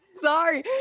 Sorry